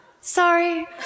sorry